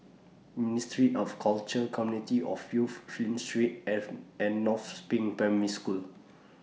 Ministry of Culture Community of Youth Flint Street and North SPRING Primary School